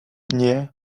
nie